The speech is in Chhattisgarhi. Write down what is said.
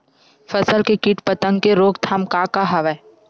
फसल के कीट पतंग के रोकथाम का का हवय?